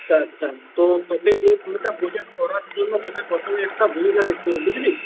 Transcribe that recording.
আচ্ছা আচ্ছা তো তোকে এই মোটা প্রজেক্ট করার জন্য তোকে প্রথমে একটা ভূমিকা লিখতে হবে বুঝলি